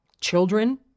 children